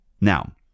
Now